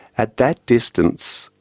at that distance,